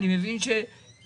אני מבין שיש